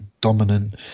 dominant